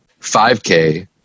5K